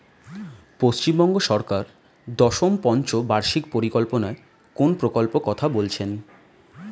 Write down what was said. পশ্চিমবঙ্গ সরকার দশম পঞ্চ বার্ষিক পরিকল্পনা কোন প্রকল্প কথা বলেছেন?